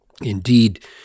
Indeed